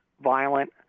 violent